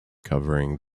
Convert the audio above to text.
covering